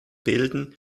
bilden